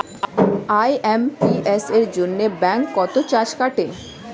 IMPS এর জন্য bank কত চার্জ কাটে?